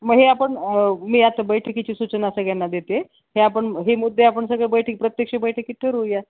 मग हे आपण मी आत्ता बैठकीची सूचना सगळ्यांना देते हे आपण हे मुद्दे आपण सगळं बैठक प्रत्यक्ष बैठकीत ठरवूया